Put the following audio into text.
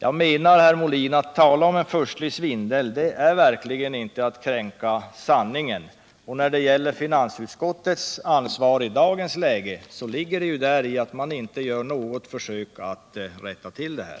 Jag menar, herr Molin, att det verkligen inte är att kränka sanningen om man talar om en furstlig svindel. Finansutskottets ansvar för frågan i dagens läge ligger ju däri att man inte gör något försök att rätta till det här.